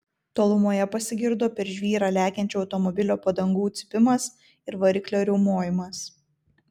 tolumoje pasigirdo per žvyrą lekiančio automobilio padangų cypimas ir variklio riaumojimas